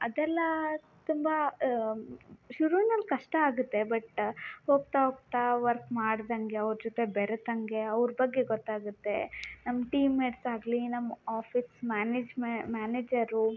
ಅದೆಲ್ಲ ತುಂಬ ಶುರುನಲ್ಲಿ ಕಷ್ಟ ಆಗುತ್ತೆ ಬಟ್ ಹೋಗ್ತ ಹೋಗ್ತಾ ವರ್ಕ್ ಮಾಡಿದಂಗೆ ಅವ್ರ ಜೊತೆ ಬೇರೆತಾಗೆ ಅವ್ರ ಬಗ್ಗೆ ಗೊತ್ತಾಗುತ್ತೆ ನಮ್ಮ ಟೀಮ್ಮೇಟ್ಸ್ ಆಗಲಿ ನಮ್ಮ ಆಫೀಸ್ ಮ್ಯಾನೇಜ್ ಮೆ ಮ್ಯಾನೇಜರು